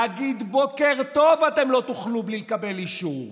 להגיד "בוקר טוב" אתם לא תוכלו בלי לקבל אישור.